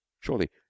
Surely